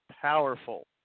powerful